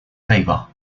favour